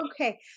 okay